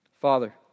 Father